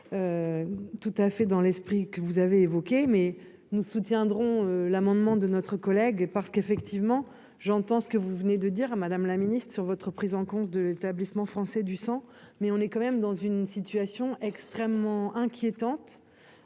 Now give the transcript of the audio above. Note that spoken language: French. tout à fait dans l'esprit que vous avez évoquées mais nous soutiendrons l'amendement de notre collègue parce qu'effectivement j'entends ce que vous venez de dire à Madame la Ministre, sur votre prise en compte de l'établissement français du sang, mais on est quand même dans une situation extrêmement inquiétante